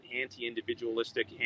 anti-individualistic